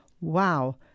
Wow